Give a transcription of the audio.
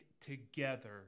together